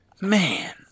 Man